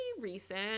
recent